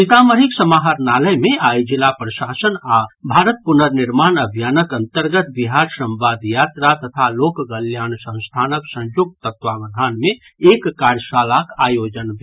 सीतामढ़ीक समाहरणालय मे आइ जिला प्रशासन आ भारत पुनर्निर्माण अभियानक अन्तर्गत बिहार संवाद यात्रा तथा लोक कल्याण संस्थानक संयुक्त तत्वावधान मे एक कार्यशालाक आयोजन भेल